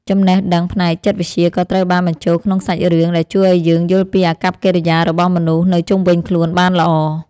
ចំណេះដឹងផ្នែកចិត្តវិទ្យាក៏ត្រូវបានបញ្ចូលក្នុងសាច់រឿងដែលជួយឱ្យយើងយល់ពីអាកប្បកិរិយារបស់មនុស្សនៅជុំវិញខ្លួនបានល្អ។